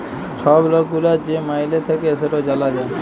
ছব লক গুলার যে মাইলে থ্যাকে সেট জালা যায়